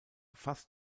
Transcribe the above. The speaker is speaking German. fast